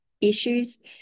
issues